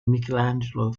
michelangelo